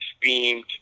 beamed